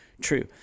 true